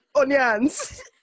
Onions